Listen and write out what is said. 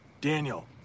Daniel